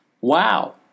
Wow